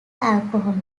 alcohol